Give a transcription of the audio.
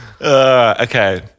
Okay